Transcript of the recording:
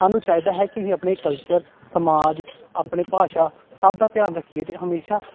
ਸਾਨੂੰ ਚਾਹੀਦਾ ਹੈ ਕਿ ਇਹ ਆਪਣੇ ਕਲਚਰ ਸਮਾਜ ਆਪਣੇ ਭਾਸ਼ਾ ਸਭ ਦਾ ਧਿਆਨ ਰੱਖੀਏ ਅਤੇ ਹਮੇਸ਼ਾਂ